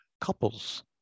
couples